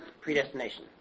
Predestination